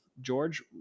george